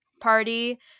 party